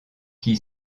qui